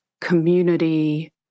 community